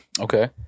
Okay